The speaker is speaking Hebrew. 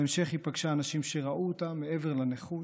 בהמשך היא פגשה אנשים שראו אותה מעבר לנכות,